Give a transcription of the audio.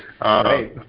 Right